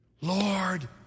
Lord